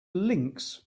links